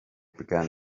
began